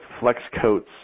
Flexcoats